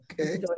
Okay